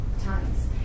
times